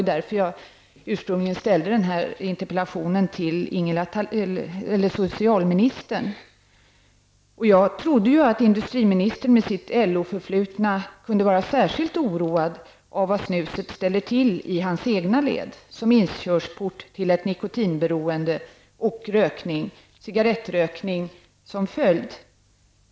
Det var ju med tanke på hälsoeffekterna jag ursprungligen ställde den här interpellationen till socialministern. Jag trodde att industriministern med sitt LO-förflutna kunde vara särskilt oroad av vad snuset ställer till med i hans egna led som inkörsport till nikotinberoende, med cigarettrökning som följd.